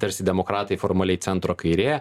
tarsi demokratai formaliai centro kairė